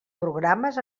programes